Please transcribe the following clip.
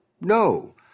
No